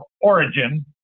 origin